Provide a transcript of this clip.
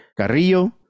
Carrillo